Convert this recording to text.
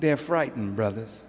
they're frightened brothers